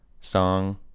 song